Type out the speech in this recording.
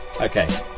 Okay